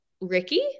Ricky